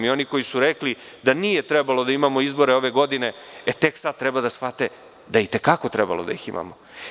I oni koji su rekli da nije trebalo da imamo izbore ove godine, tek sada treba da shvate da i te kako trebalo da imamo.